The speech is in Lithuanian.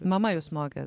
mama jus mokė